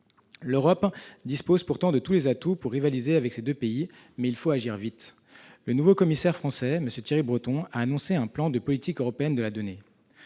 L'Europe dispose pourtant de tous les atouts pour rivaliser avec ces deux pays. Mais il faut agir vite ! Le nouveau commissaire européen français, M. Thierry Breton, a annoncé un plan pour une « politique européenne de la donnée